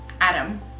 Adam